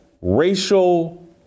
racial